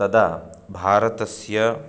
तदा भारतस्य